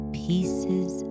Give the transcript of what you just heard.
pieces